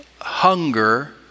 hunger